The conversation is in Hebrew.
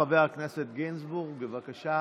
חבר הכנסת גינזבורג, בבקשה.